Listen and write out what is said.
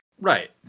right